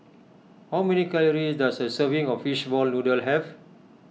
how many calories does a serving of Fishball Noodle have